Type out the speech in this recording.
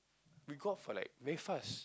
we go out for like very fast